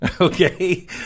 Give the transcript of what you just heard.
okay